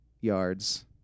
yards